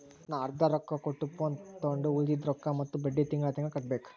ನಾ ಅರ್ದಾ ರೊಕ್ಕಾ ಕೊಟ್ಟು ಫೋನ್ ತೊಂಡು ಉಳ್ದಿದ್ ರೊಕ್ಕಾ ಮತ್ತ ಬಡ್ಡಿ ತಿಂಗಳಾ ತಿಂಗಳಾ ಕಟ್ಟಬೇಕ್